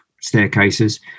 staircases